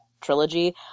trilogy